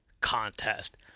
contest